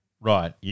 Right